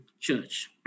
Church